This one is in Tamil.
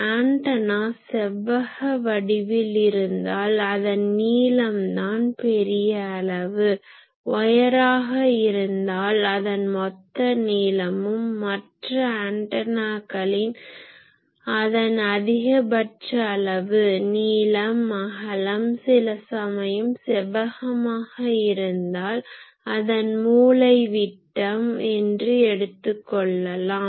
ஆன்டனா செவ்வக வடிவில் இருந்தால் அதன் நீளம்தான் பெரிய அளவு ஒயராக இருந்தால் அதன் மொத்த நீளமும் மற்ற ஆன்டனாகளிள் அதன் அதிகபட்ச அளவு நீளம் அகலம் சில சமயம் செவ்வகமாக இருந்தால் அதன் மூலை விட்டம் என்று எடுத்து கொள்ளலாம்